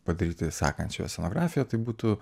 padaryti sekančią jo scenografiją tai būtų